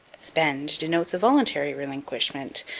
spend denotes a voluntary relinquishment,